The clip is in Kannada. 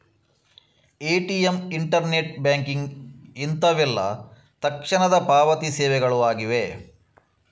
ಎ.ಟಿ.ಎಂ, ಇಂಟರ್ನೆಟ್ ಬ್ಯಾಂಕಿಂಗ್ ಇಂತವೆಲ್ಲ ತಕ್ಷಣದ ಪಾವತಿ ಸೇವೆಗಳು ಆಗಿವೆ